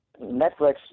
Netflix